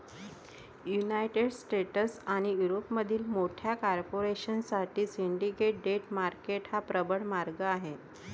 United States आणि युरोपमधील मोठ्या कॉर्पोरेशन साठी सिंडिकेट डेट मार्केट हा प्रबळ मार्ग आहे